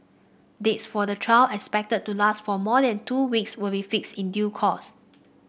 dates for the trial expected to last for more than two weeks will be fixed in due course